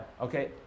okay